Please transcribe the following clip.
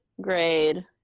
grade